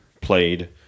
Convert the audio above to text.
played